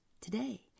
today